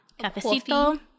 cafecito